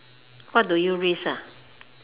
what do you risk ah